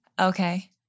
Okay